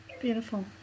beautiful